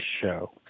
show